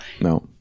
No